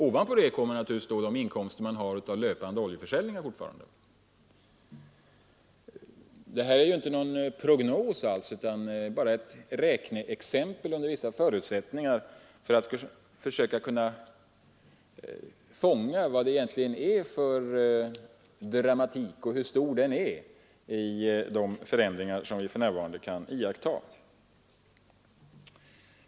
Ovanpå detta kommer då de inkomster man har av löpande oljeförsäljningar. Detta är ju inte någon prognos, utan bara ett räkneexempel som skall försöka fånga in dramatiken i det som vi för närvarande kan iaktta.